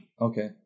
Okay